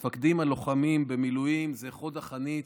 המפקדים הלוחמים במילואים זה חוד החנית,